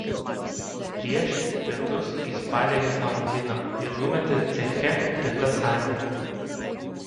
prieš pietus jis padegė savo miną ir numetė ceche greta sandėlio